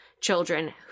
children